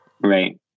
Right